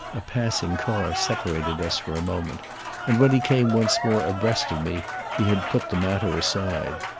a passing car separated us for a moment and when he came once more abreast of me he had put the matter aside.